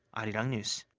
arirang news.